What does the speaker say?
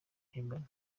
mpimbano